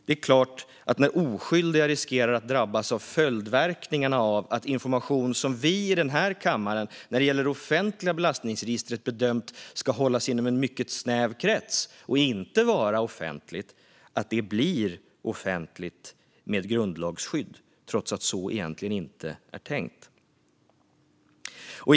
Det är klart att oskyldiga riskerar att drabbas av följdverkningarna av att information från det offentliga belastningsregistret som vi i den här kammaren har bedömt ska hållas inom en mycket snäv krets och inte vara offentlig blir offentlig med grundlagsskydd - trots att det egentligen inte var tänkt så.